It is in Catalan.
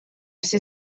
ser